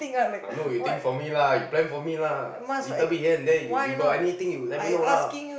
I know you think for me lah you plan for me lah little bit here and there you got anything you let me know lah